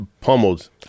pummeled